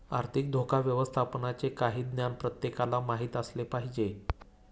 आर्थिक धोका व्यवस्थापनाचे काही ज्ञान प्रत्येकाला माहित असले पाहिजे